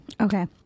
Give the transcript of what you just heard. Okay